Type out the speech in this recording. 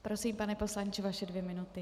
Prosím, pane poslanče, vaše dvě minuty.